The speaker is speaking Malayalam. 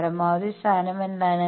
പരമാവധി സ്ഥാനം എന്താണ്